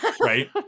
right